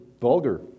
vulgar